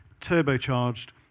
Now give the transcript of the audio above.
turbocharged